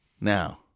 Now